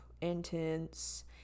intense